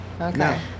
Okay